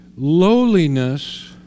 lowliness